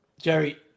Jerry